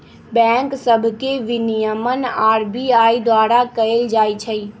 bank सभ के विनियमन आर.बी.आई द्वारा कएल जाइ छइ